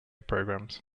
programs